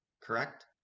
correct